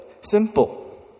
simple